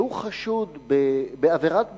כשהוא חשוד בעבירת ביטחון,